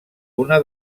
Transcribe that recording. una